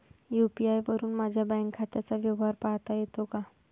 UPI वरुन माझ्या bank खात्याचा व्यवहार पाहता येतो का?